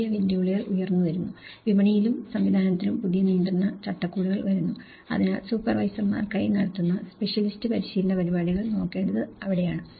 പുതിയ വെല്ലുവിളികൾ ഉയർന്നുവരുന്നു വിപണിയിലും സംവിധാനത്തിലും പുതിയ നിയന്ത്രണ ചട്ടക്കൂടുകൾ വരുന്നു അതിനാൽ സൂപ്പർവൈസർമാർക്കായി നടത്തുന്ന സ്പെഷ്യലിസ്റ്റ് പരിശീലന പരിപാടികൾ നോക്കേണ്ടത് അവിടെയാണ്